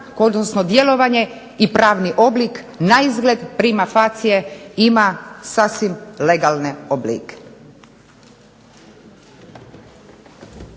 odnosno djelovanje i pravni oblik naizgled prima facie ima sasvim legalne oblike.